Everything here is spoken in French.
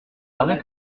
paraît